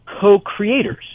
co-creators